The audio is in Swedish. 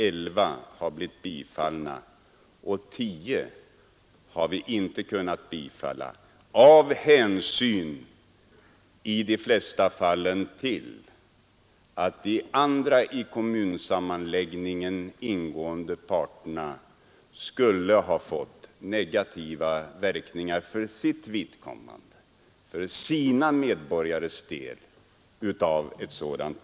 11 har blivit bifallna och 10 har vi inte kunnat bifalla, i de flesta fallen av hänsyn till de andra i kommunsammanslagningen ingående parterna; ett sådant medgivande skulle ha fått negativa verkningar för de övriga kommunernas medborgare.